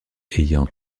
ayant